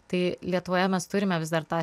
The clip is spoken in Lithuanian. tai lietuvoje mes turime vis dar tą